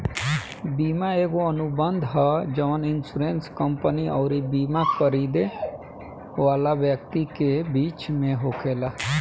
बीमा एगो अनुबंध ह जवन इन्शुरेंस कंपनी अउरी बिमा खरीदे वाला व्यक्ति के बीच में होखेला